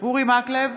אורי מקלב,